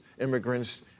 immigrants